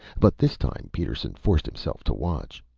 but this time, peterson forced himself to watch.